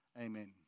amen